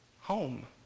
home